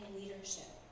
leadership